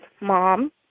mom